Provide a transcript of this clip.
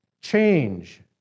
change